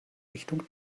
richtung